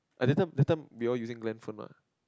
at that time that time we all using Glen phone mah